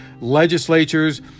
legislatures